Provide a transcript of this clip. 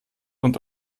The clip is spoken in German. und